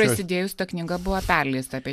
prasidėjus ta knyga buvo perleista apie